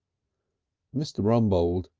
mr. rumbold,